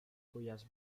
cuyas